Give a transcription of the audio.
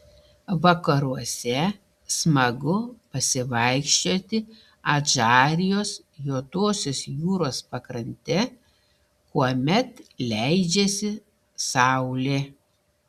vakaruose smagu pasivaikščioti adžarijos juodosios jūros pakrante kuomet leidžiasi saulė